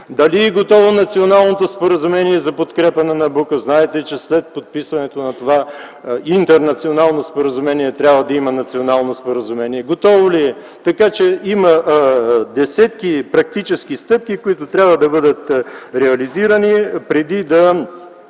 Дали е готово националното споразумение за подкрепа на „Набуко”? Знаете, че след подписването на това интернационално споразумение трябва да има национално споразумение. Готово ли е? Има десетки практически стъпки, които трябва да бъдат реализирани преди да